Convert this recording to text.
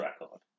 record